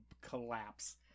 collapse